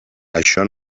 això